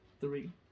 three